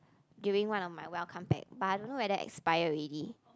during one of my welcome pack but I don't know whether expire already